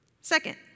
Second